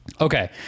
Okay